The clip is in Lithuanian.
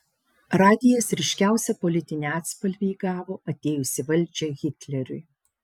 radijas ryškiausią politinį atspalvį įgavo atėjus į valdžią hitleriui